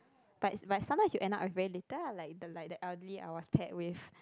but it's but someone is end up with very little lah like the like the elderly I was pet with